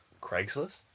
Craigslist